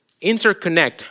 interconnect